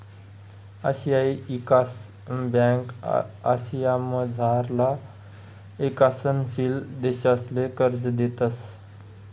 आशियाई ईकास ब्यांक आशियामझारला ईकसनशील देशसले कर्ज देतंस